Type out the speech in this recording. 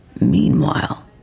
Meanwhile